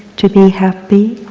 to be happy,